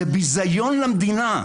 זה ביזיון למדינה,